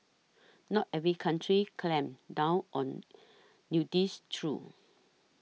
not every country clamps down on nudists true